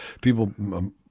people –